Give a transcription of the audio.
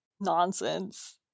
nonsense